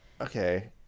okay